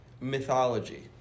mythology